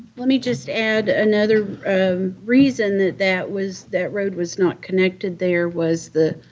let me just add another and reason that that was that road was not connected there was that